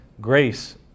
grace